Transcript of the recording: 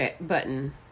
button